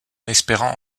espérant